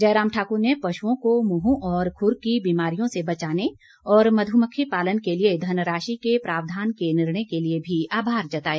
जयराम ठाकुर ने पशुओं को मुंह और खुर की बीमारियों से बचाने और मधुमक्खी पालन के लिए धनराशि के प्रावधान के निर्णय के लिए भी आभार जताया